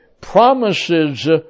promises